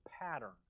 pattern